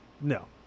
no